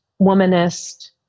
womanist